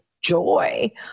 joy